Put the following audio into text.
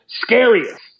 scariest